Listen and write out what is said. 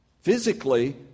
physically